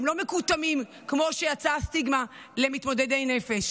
הם לא מוכתמים כמו שיצאה הסטיגמה למתמודדי נפש.